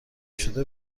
شده